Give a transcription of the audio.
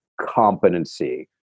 competency